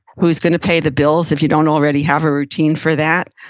who's gonna pay the bills, if you don't already have a routine for that?